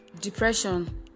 depression